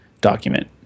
document